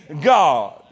God